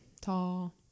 tall